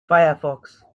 firefox